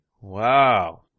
wow